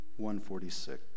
146